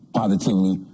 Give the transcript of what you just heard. positively